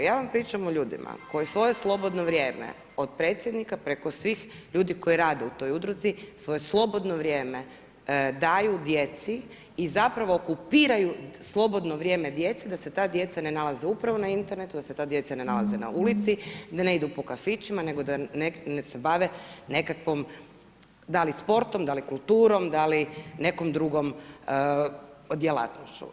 Ja vam pričam o ljudima koji svoje slobodno vrijeme od predsjednika preko svih ljudi koji rade u toj udruzi svoje slobodno vrijeme daju djeci i zapravo okupiraju slobodno vrijeme djece da se ta djeca ne nalaze upravo na internetu, da se ta djeca ne nalaze na ulici, da ne idu po kafićima, nego da se bave nekakvom, da li sportom, da li kulturom, da li nekom drugom djelatnošću.